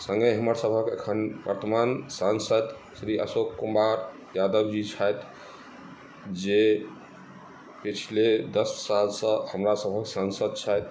सङ्गे हमर सभहक एखन वर्तमान सांसद श्री अशोक कुमार यादव जी छथि जे पिछले दस सालसँ हमरा सभक सांसद छथि